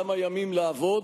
כמה ימים לעבוד,